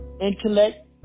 intellect